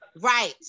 right